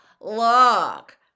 Look